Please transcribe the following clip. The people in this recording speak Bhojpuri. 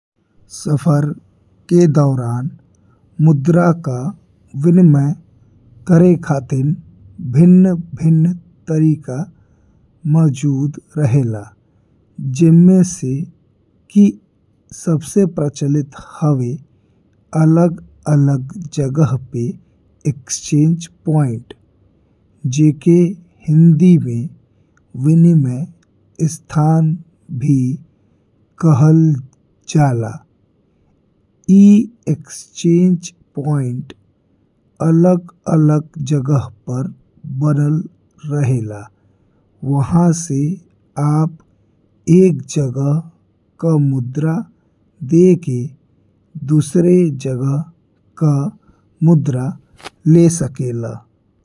सफर के दौरान मुद्रा का विनिमय करे खातिन भिन्न-भिन्न तरीका मौजूद रहेला। जेमा से कि सबसे प्रचलित हवे अलग-अलग जगह पे एक्सचेंज पॉइंट जेके हिंदी में विनिमय स्थान भी कहल जाला। ई एक्सचेंज पॉइंट अलग-अलग जगह पर बनल रहेला वहाँ से आप एक जगह का मुद्रा देके दुसरे जगह का मुद्रा ले सकेला।